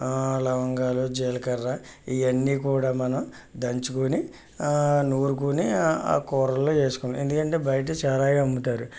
లవంగాలు జీలకర్ర ఇవన్నీ కూడా మనం దంచుకుని నూరుకుని ఆ కూరల్లో వేసుకుని ఎందుకంటే బయట చాలా అమ్ముతారు